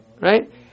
Right